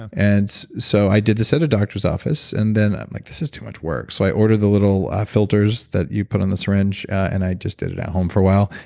and so i did this at a doctor's office and then i'm like, this is too much work. so i ordered the little filters that you put on the syringe and i just did it at home for a while.